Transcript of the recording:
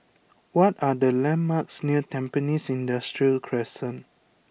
what are the landmarks near Tampines Industrial Crescent